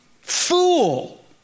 fool